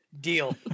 Deal